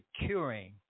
securing